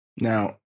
Now